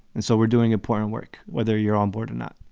and so we're doing important work. whether you're on board or not